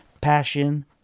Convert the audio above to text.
passion